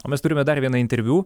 o mes turime dar vieną interviu